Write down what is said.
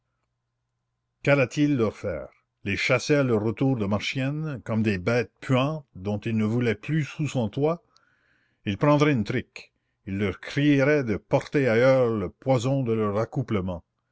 qu'allait-il leur faire les chasser à leur retour de marchiennes comme des bêtes puantes dont il ne voulait plus sous son toit il prendrait une trique il leur crierait de porter ailleurs le poison de leur accouplement